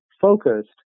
focused